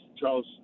charles